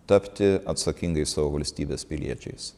tapti atsakingais savo valstybės piliečiais